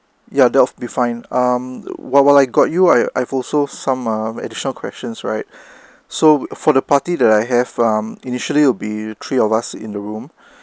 ya that would be fine um while while I got you I I've also some um additional questions right so for the party that I have um initially will be three of us in the room